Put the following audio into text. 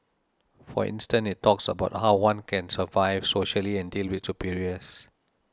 for instance it talks about how one can survive socially and deal with superiors